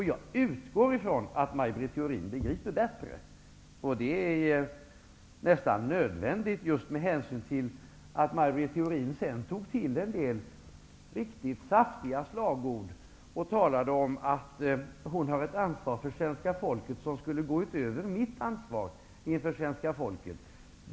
Jag utgår från att Maj Britt Theorin begriper bättre, vilket nästan är nödvändigt, eftersom Maj Britt Theorin tog till en del riktigt saftiga slagord och talade om att hon har ett ansvar inför svenska folket som skulle gå utöver mitt.